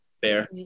Fair